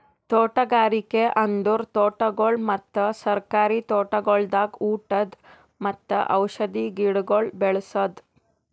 ತೋಟಗಾರಿಕೆ ಅಂದುರ್ ತೋಟಗೊಳ್ ಮತ್ತ ಸರ್ಕಾರಿ ತೋಟಗೊಳ್ದಾಗ್ ಉಟದ್ ಮತ್ತ ಔಷಧಿ ಗಿಡಗೊಳ್ ಬೇಳಸದ್